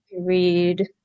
read